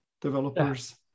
developers